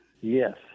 Yes